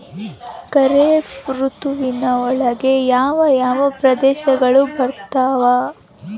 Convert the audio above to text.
ಖಾರೇಫ್ ಋತುವಿನ ಒಳಗೆ ಯಾವ ಯಾವ ಪ್ರದೇಶಗಳು ಬರ್ತಾವ?